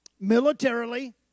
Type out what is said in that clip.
militarily